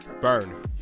Burn